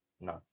No